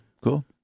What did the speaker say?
cool